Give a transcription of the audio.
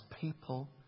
people